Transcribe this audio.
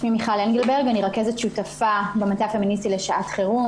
אני רכזת שותפה במטה הפמיניסטי לשעת חירום,